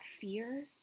fear